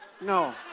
no